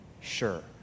sure